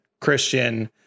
Christian